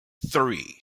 three